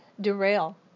derail